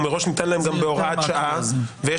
הוא מראש ניתן להם גם בהוראת שעה ולמיטב